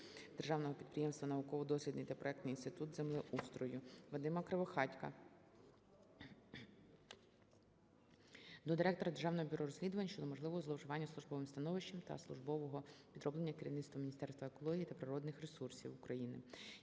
Державного підприємства "Науково-дослідний та проектний інститут землеустрою". Вадима Кривохатька до директора Державного бюро розслідувань щодо можливого зловживання службовим становищем та службового підроблення керівництвом Міністерства екології та природних ресурсів України.